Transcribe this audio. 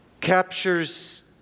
captures